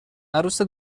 عروس